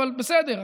אבל בסדר.